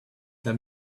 tell